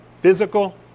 physical